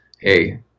Hey